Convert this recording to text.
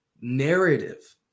narrative